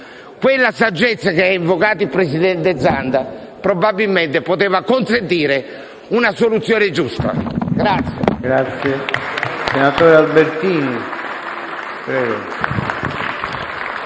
quella saggezza che ha invocato il presidente Zanda, probabilmente poteva consentire una soluzione giusta.